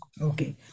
Okay